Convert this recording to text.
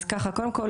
קודם כול,